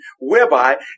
whereby